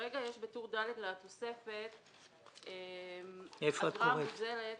כרגע בטור ד' לתוספת יש אגרה מוזלת